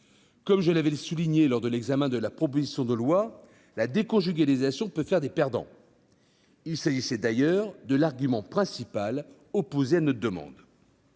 Comme je l'avais souligné lors de l'examen de la proposition de loi, la déconjugalisation peut faire des perdants. Il s'agissait d'ailleurs de l'argument principal opposé à notre demande.